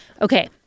Okay